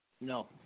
No